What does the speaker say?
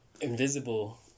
invisible